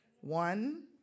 One